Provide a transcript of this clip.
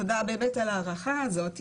ותודה באמת על ההארכה הזאת,